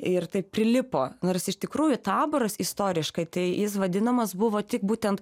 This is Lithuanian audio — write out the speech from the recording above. ir taip prilipo nors iš tikrųjų taboras istoriškai tai jis vadinamas buvo tik būtent